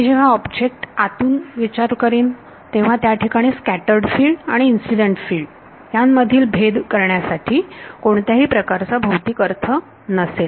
मी जेव्हा ऑब्जेक्ट आतून विचार करेन तेव्हा त्या ठिकाणी स्कॅटर्ड फिल्ड आणि इन्सिडेंट फिल्ड यांमधील भेद करण्यासाठी कोणत्याही प्रकारचा भौतिक अर्थ नसेल